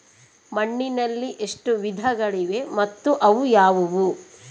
ಮಣ್ಣಿನಲ್ಲಿ ಎಷ್ಟು ವಿಧಗಳಿವೆ ಮತ್ತು ಅವು ಯಾವುವು?